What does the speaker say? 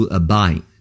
abide